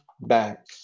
back